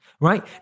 right